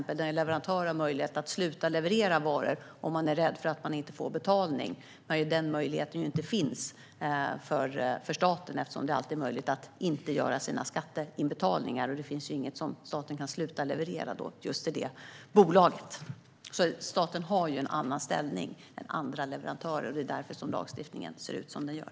En leverantör har möjlighet att sluta leverera varor om man är rädd för att man inte ska få betalning. Den möjligheten finns inte för staten. Det är alltid möjligt för ett bolag att inte göra sina skatteinbetalningar, och det finns då inget som staten kan sluta leverera till det bolaget. Staten har alltså en annan ställning än leverantörer. Det är därför som lagstiftningen ser ut som den gör.